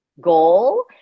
goal